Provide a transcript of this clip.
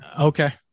okay